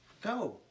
Go